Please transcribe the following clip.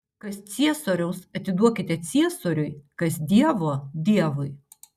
kas ciesoriaus atiduokite ciesoriui kas dievo dievui